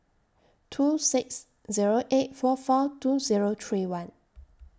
two six Zero eight four four two Zero three one